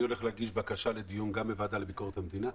אני הולך להגיש בקשה לדיון גם בוועדה לביקורת המדינה,